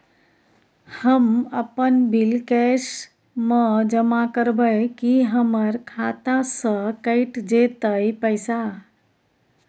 हम अपन bill cash म जमा करबै की हमर खाता स कैट जेतै पैसा?